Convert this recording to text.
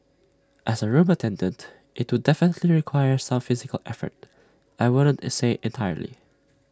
as A room attendant IT took definitely requires some physical effort I wouldn't A say entirely